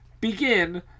begin